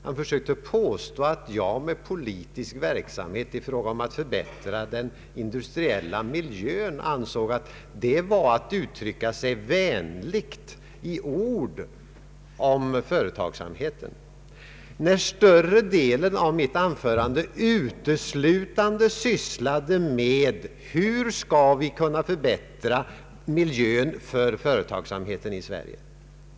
Han försökte påstå att jag ansåg att politisk verksamhet i fråga om att förbättra den industriella miljön var liktydigt med att uttrycka sig vänligt i ord om företagsamheten. Men större delen av mitt anförande sysslade ju uteslutande med frågan hur vi skall kunna förbättra miljön för företagsamheten i Sverige.